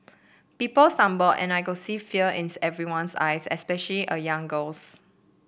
people stumbled and I could see fear in everyone's eyes especially a young girl's